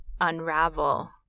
unravel